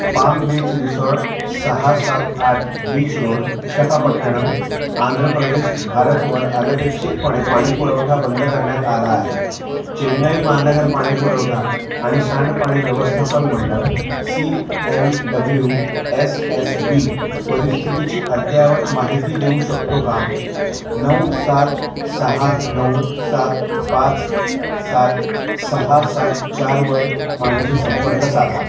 palm beach resort सहा सात आठ बीच रोड विशाखापट्टणम आंध्र प्रदेश भारतवर अनपेक्षितपणे पाणी पुरवठा बंद करण्यात आला आहे चेन्नई महानगर पाणी पुरवठा आणि सांडपाणी व्यवस्थापन मंडळ C M W S S B परिस्थितीची अद्ययावत माहिती देऊ शकतो का नऊ सात सहा नऊ सात पाच सात सहा सात चार वर माझ्याशी संपर्क साधा